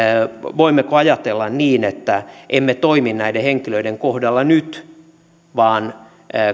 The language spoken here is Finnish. voimmeko ajatella niin että emme toimi näiden henkilöiden kohdalla nyt vaan